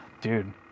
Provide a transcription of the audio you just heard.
Dude